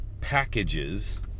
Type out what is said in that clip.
packages